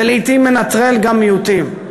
זה לעתים מנטרל גם מיעוטים.